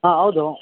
ಹಾಂ ಹೌದು